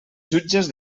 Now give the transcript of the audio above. jutges